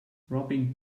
robbing